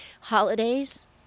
holidays